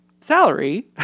salary